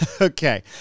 Okay